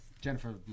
Jennifer